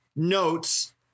notes